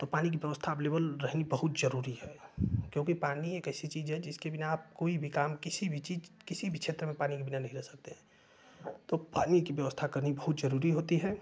तो पानी कि व्यवस्था अवेलेबल रहनी बहुत ज़रूरी है क्योंकि पानी एक ऐसी चीज़ है जिसके बिना आप कोई भी काम किसी भी चीज़ किसी भी क्षेत्र में पानी के बिना नहीं रह सकते तो पानी कि व्यवस्था करनी बहुत जरूरी होती है